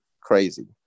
crazy